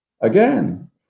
Again